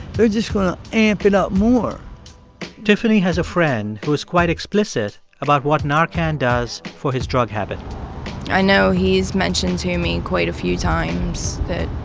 they're just going to amp it up more tiffany has a friend who was quite explicit about what narcan does for his drug habit i know he's mentioned to me quite a few times that,